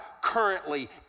currently